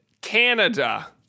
Canada